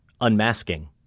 unmasking